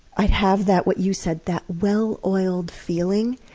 i'd have that, what you said, that well-oiled feeling,